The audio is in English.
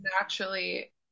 naturally